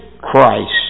christ